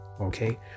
Okay